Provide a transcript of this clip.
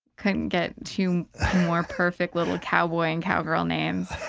couldn't get two more perfect little cowboy and cowgirl names.